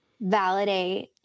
validate